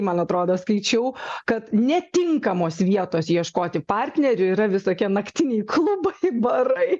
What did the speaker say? man atrodo skaičiau kad netinkamos vietos ieškoti partnerių yra visokie naktiniai klubai barai